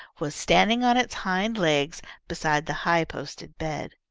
was standing on its hind legs beside the high-posted bed.